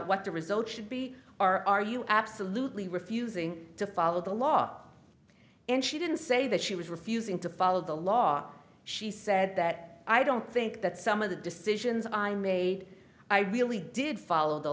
what the results should be are are you absolutely refusing to follow the law and she didn't say that she was refusing to follow the law she said that i don't think that some of the decisions i made i really did follow the